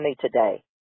today